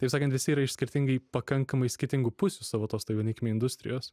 taip sakant visi yra iš skirtingai pakankamai skirtingų pusių savo tos taip vadinkime industrijos